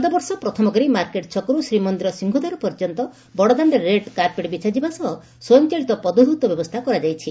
ଚଳିତବର୍ଷ ପ୍ରଥମକରି ମାର୍କେଟ ଛକରୁ ଶ୍ରୀମନ୍ଦିର ସିଂହଦ୍ୱାର ପର୍ଯ୍ୟନ୍ତ ବଡ଼ଦାଶ୍ଡରେ ରେଡ୍ କାର୍ପେଟ ବିଛାଯିବା ସହ ସ୍ୱୟଂଚାଳିତ ପଦଧୌତ ବ୍ୟବସ୍ଥା କରାଯାଇଛି